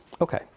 Okay